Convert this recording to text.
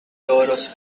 toros